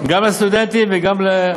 גם לסטודנטים וגם,